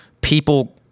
people